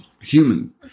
human